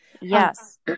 Yes